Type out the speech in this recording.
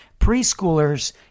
preschoolers